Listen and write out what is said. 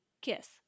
Kiss